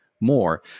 More